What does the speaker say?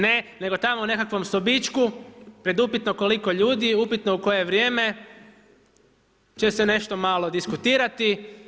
Ne, nego tamo u nekakvom sobičku pred upitno koliko ljudi, upitno u koje vrijeme će se nešto malo diskutirati.